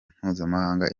mpuzamahanga